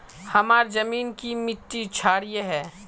हमार जमीन की मिट्टी क्षारीय है?